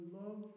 love